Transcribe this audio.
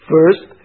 First